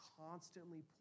constantly